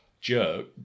jerk